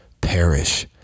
perish